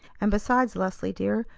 and, besides, leslie, dear,